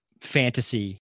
fantasy